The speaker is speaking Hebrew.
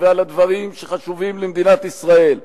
ועל הדברים שחשובים למדינת ישראל,